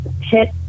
hit